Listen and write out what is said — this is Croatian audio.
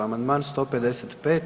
Amandman 155.